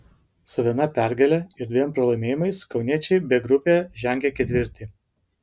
su viena pergale ir dviem pralaimėjimais kauniečiai b grupėje žengia ketvirti